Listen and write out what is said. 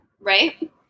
Right